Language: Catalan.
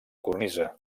cornisa